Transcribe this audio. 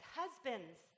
husbands